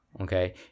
Okay